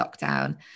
lockdown